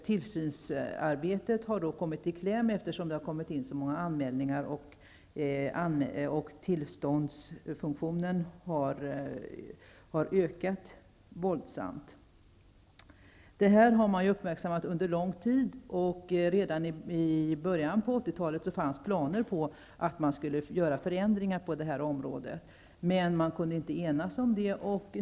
Tillsynsarbetet har kommit i kläm eftersom det kommit in så många anmälningar, och tillståndsfunktionen har utökats våldsamt. Detta har man uppmärksammat under långt tid. Redan i början av 80-talet fanns planer på att göra förändringar på detta område. Men man kunde inte enas om detta.